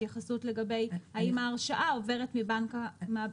התייחסות לגבי האם ההרשאה עוברת בין בנקים.